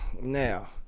now